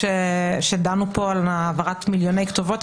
שדנו שדנו בה על העברת מיליוני כתובות,